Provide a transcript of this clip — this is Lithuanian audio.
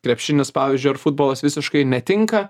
krepšinis pavyzdžiui ar futbolas visiškai netinka